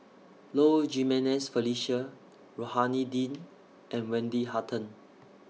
Low Jimenez Felicia Rohani Din and Wendy Hutton